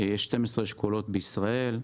ויש 12 אשכולות בישראל.